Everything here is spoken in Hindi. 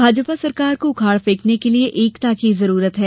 भाजपा सरकार को उखाड फेकने के लिए एकता की जरूरत है